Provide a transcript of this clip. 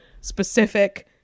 specific